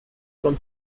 from